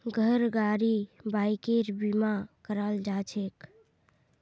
घर गाड़ी बाइकेर बीमा कराल जाछेक